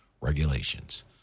regulations